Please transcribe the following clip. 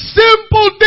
simple